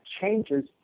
changes